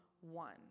one